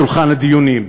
שולחן הדיונים.